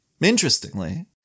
Interestingly